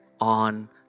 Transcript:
on